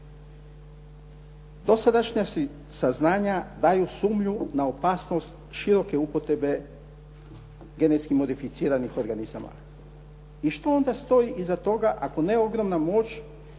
Dosadašnja saznanja daju sumnju na opasnost široke upotrebe genetski modificiranih organizama. I što onda stoji iza toga ako ne ogromna moć